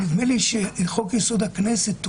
נדמה לי שחוק יסוד: הכנסת,